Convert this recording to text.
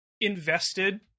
invested